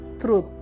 truth